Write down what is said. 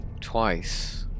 twice